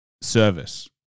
service